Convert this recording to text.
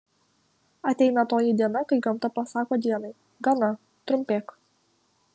ateina toji diena kai gamta pasako dienai gana trumpėk